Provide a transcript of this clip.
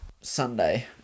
Sunday